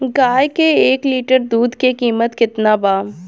गाय के एक लिटर दूध के कीमत केतना बा?